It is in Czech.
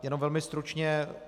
Jenom velmi stručně.